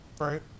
right